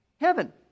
heaven